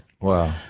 Wow